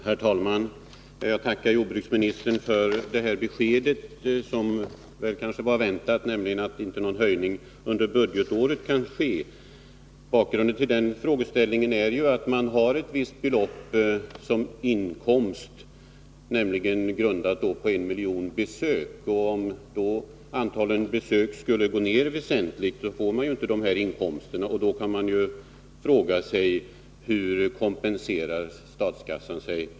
Herr talman! Jag tackar jordbruksministern för det kanske väntade beskedet att det inte kan ske någon höjning under budgetåret. Bakgrunden till denna frågeställning är ju att man räknar med ett visst inkomstbelopp, i detta fall grundat på en miljon besök. Om antalet besök skulle minskas väsentligt, får man inte den beräknade inkomsten, och då blir frågan hur staten skall kompensera sig.